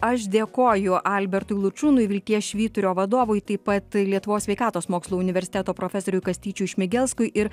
aš dėkoju albertui lučūnui vilties švyturio vadovui taip pat lietuvos sveikatos mokslų universiteto profesoriui kastyčiui šmigelskui ir